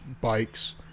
bikes